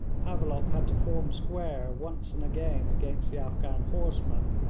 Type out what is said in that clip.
havelock had to form square once and again against the afghan horsemen,